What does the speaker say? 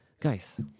guys